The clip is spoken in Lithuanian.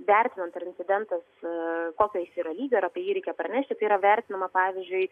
vertinant ar incidentas kokio jis yra lygio ar apie jį reikia pranešti tai yra vertinama pavyzdžiui